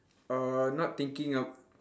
err not thinking of